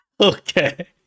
Okay